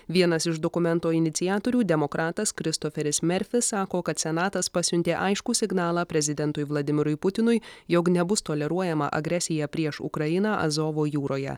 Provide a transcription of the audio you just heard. vienas iš dokumento iniciatorių demokratas kristoferis merfis sako kad senatas pasiuntė aiškų signalą prezidentui vladimirui putinui jog nebus toleruojama agresija prieš ukrainą azovo jūroje